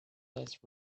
less